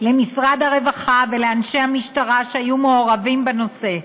למשרד הרווחה ולאנשי המשטרה, שהיו מעורבים בנושא.